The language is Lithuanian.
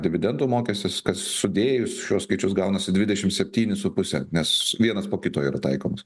dividendų mokestis kad sudėjus šiuos skaičius gaunasi dvidešim septyni su puse nes vienas po kito yra taikomas